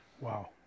Wow